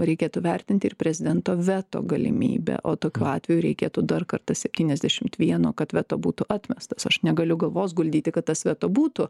reikėtų vertinti ir prezidento veto galimybę o tokiu atveju reikėtų dar kartą septyniasdešimt vieno kad veto būtų atmestas aš negaliu galvos guldyti kad tas veto būtų